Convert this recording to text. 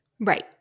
Right